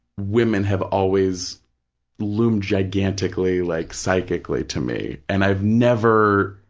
women have always loomed gigantically like psychically to me. and i've never,